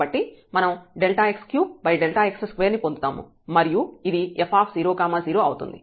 కాబట్టి మనం Δx3Δx2 ని పొందుతాము మరియు ఇది f00 అవుతుంది